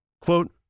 quote